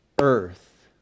earth